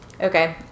okay